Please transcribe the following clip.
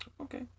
Okay